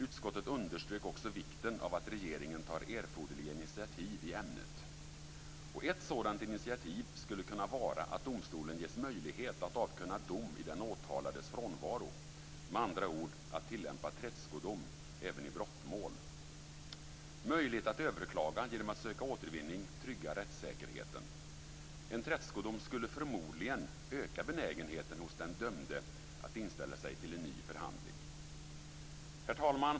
Utskottet underströk också vikten av att regeringen tar erforderliga initiativ i ämnet. Ett sådant initiativ skulle kunna vara att domstolen ges möjlighet att avkunna dom i den åtalades frånvaro - med andra ord att tillämpa tredskodom även i brottmål. Möjlighet att överklaga genom att söka återvinning tryggar rättssäkerheten. En tredskodom skulle förmodligen öka benägenheten hos den dömde att inställa sig till en ny förhandling. Herr talman!